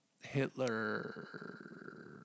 Hitler